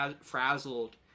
frazzled